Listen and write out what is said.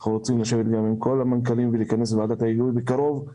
אנחנו רוצים לשבת עם כל המנכ"לים ולכנס בקרוב את ועדת ההיגוי כדי